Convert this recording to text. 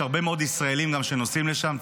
יש גם הרבה מאוד ישראלים שנוסעים לשם,